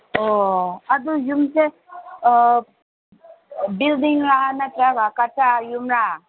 ꯑꯣ ꯑꯗꯨ ꯌꯨꯝꯁꯦ ꯕꯤꯜꯗꯤꯡꯂ ꯅꯠꯇꯔꯒ ꯀꯠꯆꯥ ꯌꯨꯝꯂ